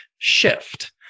shift